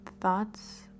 Thoughts